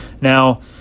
Now